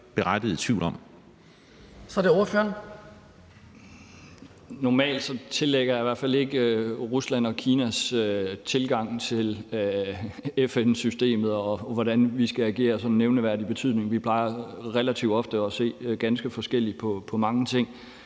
Pedersen (V): Normalt tillægger jeg i hvert fald ikke Ruslands og Kinas tilgang til FN-systemet, og hvordan vi skal agere, sådan nævneværdig betydning. Vi plejer relativt ofte at se ganske forskelligt på mange ting.